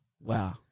Wow